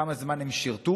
כמה זמן הם שירתו,